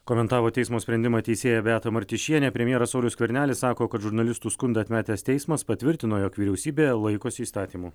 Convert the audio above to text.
komentavo teismo sprendimą teisėja beata martišienė premjeras saulius skvernelis sako kad žurnalistų skundą atmetęs teismas patvirtino jog vyriausybė laikosi įstatymų